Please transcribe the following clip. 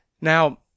Now